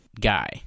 guy